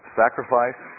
sacrifice